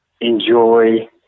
enjoy